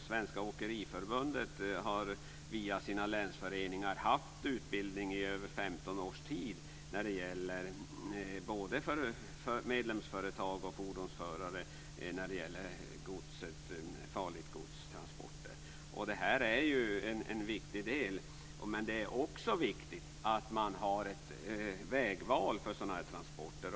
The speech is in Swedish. Svenska åkeriförbundet har via sina länsföreningar haft utbildning i över 15 års tid både för medlemsföretag och för fordonsförare om transporter av farligt gods. Det är en viktig del. Men det är också viktigt att man har ett vägval för sådana transporter.